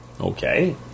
Okay